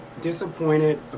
disappointed